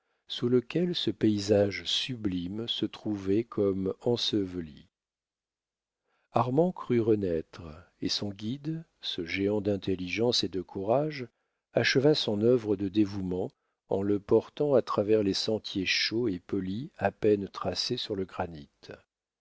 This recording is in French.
sous lequel ce paysage sublime se trouvait comme enseveli armand crut renaître et son guide ce géant d'intelligence et de courage acheva son œuvre de dévouement en le portant à travers les sentiers chauds et polis à peine tracés sur le